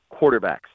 quarterbacks